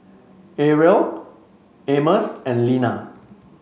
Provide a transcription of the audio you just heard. Ariel Amos and Lina